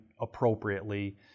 appropriately